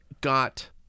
got